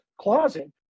closet